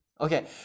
Okay